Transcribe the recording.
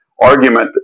argument